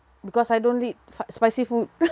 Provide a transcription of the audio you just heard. because I don't eat spi~ spicy food